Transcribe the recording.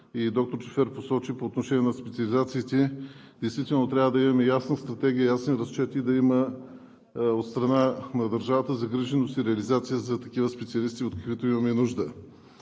Доктор Джафер посочи по отношение на специализациите, че действително трябва да имаме ясна стратегия, ясни разчети, от страна на държавата да има загриженост и реализация за такива специалисти, от каквито имаме нужда.